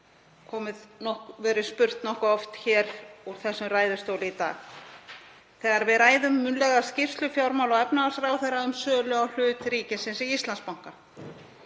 hefur verið spurt nokkuð oft úr þessum ræðustóli í dag þegar við ræðum munnlega skýrslu fjármála- og efnahagsráðherra um sölu á hlut ríkisins í Íslandsbanka.